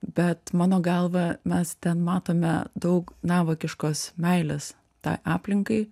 bet mano galva mes ten matome daug navakiškos meilės tai aplinkai